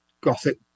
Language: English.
Gothic